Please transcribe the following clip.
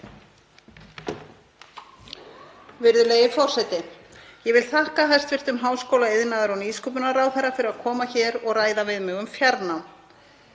Virðulegi forseti. Ég vil þakka hæstv. háskóla-, iðnaðar- og nýsköpunarráðherra fyrir að koma hér og ræða við mig um fjarnám.